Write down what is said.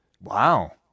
Wow